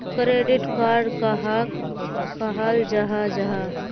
Credit card कहाक कहाल जाहा जाहा?